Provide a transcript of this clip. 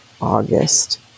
August